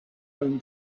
own